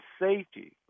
safety